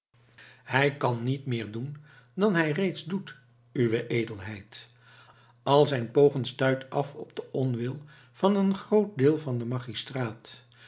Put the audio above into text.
hij kan niet meer doen dan hij reeds doet uwe edelheid al zijn pogen stuit af op den onwil van een groot deel van den magistraat